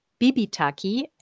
Bibitaki